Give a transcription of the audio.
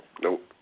Nope